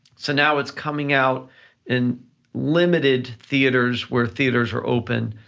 so now it's coming out in limited theaters, where theaters are open,